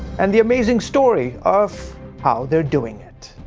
and the amazing story of how they're doing it.